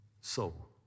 soul